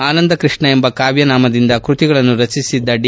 ಅನಂದ ಕೃಷ್ಣ ಎಂಬ ಕಾವ್ಣನಾಮದಿಂದ ಕೃತಿಗಳನ್ನು ರಚಿಸಿದ್ದ ಡಿ